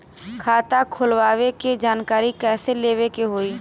खाता खोलवावे के जानकारी कैसे लेवे के होई?